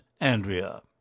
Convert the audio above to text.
Andrea